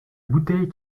bouteille